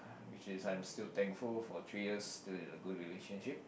which is I'm still thankful for three years still in a good relationship